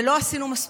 ולא עשינו מספיק,